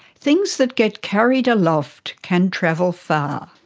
things that get carried aloft can travel far.